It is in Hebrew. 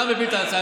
אתה מפיל את ההצעה